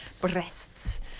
breasts